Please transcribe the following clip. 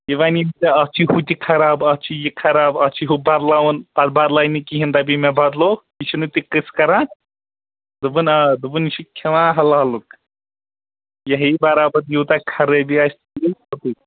یہِ وَنی نہٕ ژےٚ اتھ چھے ہُہ تہِ خراب اتھ چھی یہِ تہِ خراب اتھ چھے ہہُ بدلاوُن پتہ بدلایہ نہٕ کِہیٖنۍ دپی مےٚ بدلوٚو یہ چھ نہٕ تہِ تہِ قصہٕ کران دوٚپُن آ دوٚپُن یہ چھ کھیٚوان حلالُک یہِ ہیٚیی برابر یوتاہ خرٲبی آسہِ تیُتُے